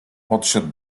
podszedł